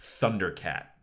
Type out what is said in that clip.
Thundercat